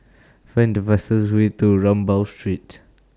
Find The fastest Way to Rambau Street